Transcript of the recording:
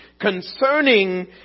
concerning